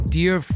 dear